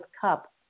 cup